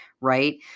right